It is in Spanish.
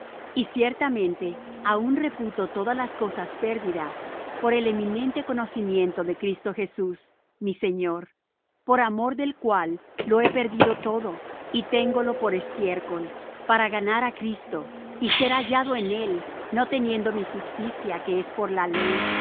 y ciertamente aun reputo todas las cosas pérdida por el eminente conocimiento de cristo jesús mi señor por amor del cual lo he perdido todo y téngolo por estiércol para ganar á cristo y ser hallado en él no teniendo mi justicia que es por la ley